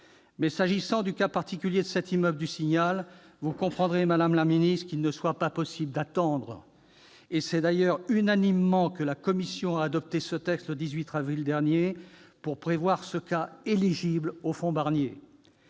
Mais s'agissant du cas particulier de l'immeuble Le Signal, vous comprendrez, madame la secrétaire d'État, qu'il ne soit pas possible d'attendre. C'est d'ailleurs à l'unanimité que la commission a adopté ce texte le 18 avril dernier, afin de prévoir ce cas éligible au fonds Barnier.